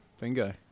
Bingo